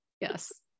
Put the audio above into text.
yes